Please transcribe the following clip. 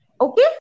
Okay